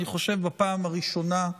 אני חושב בפעם הראשונה,